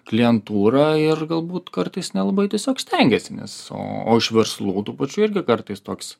klientūrą ir galbūt kartais nelabai tiesiog stengiasi nes o iš verslų tų pačių irgi kartais toks